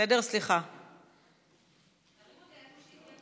סעיפים 1 26 נתקבלו.